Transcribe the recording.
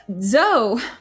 zoe